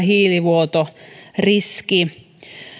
hiilivuotoriski